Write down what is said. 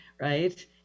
right